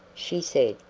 she said.